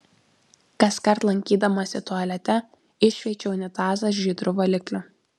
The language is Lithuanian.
kaskart lankydamasi tualete iššveičiu unitazą žydru valikliu